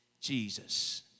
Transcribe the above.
Jesus